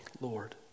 Lord